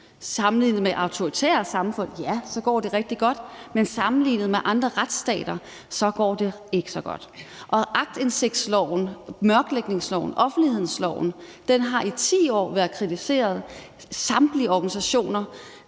Sammenlignet med autoritære samfund går det rigtig godt, men sammenlignet med andre retsstater går det ikke så godt, og aktindsigtsloven, mørklægningsloven, offentlighedsloven, har igennem 10 år været kritiseret af samtlige organisationer